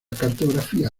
cartografía